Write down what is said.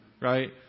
right